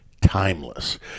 timeless